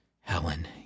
Helen